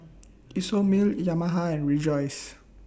Isomil Yamaha and Rejoice